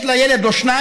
יש לה ילד או שניים,